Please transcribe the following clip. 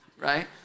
right